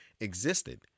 existed